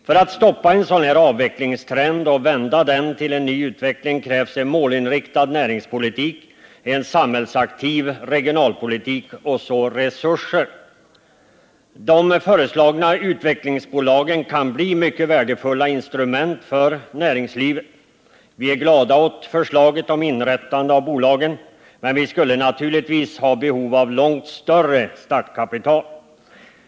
För att stoppa en sådan utvecklingstrend och vända den till en ny utveckling krävs en målinriktad näringspolitik, en samhällsaktiv regionalpolitik och så resurser. De föreslagna utvecklingsbolagen kan bli mycket värdefulla instrument för näringslivet. Vi är glada åt förslaget om inrättande av bolagen, men vi skulle naturligtvis ha behov av långt större startkapital.